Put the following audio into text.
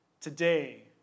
today